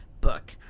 book